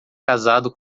casado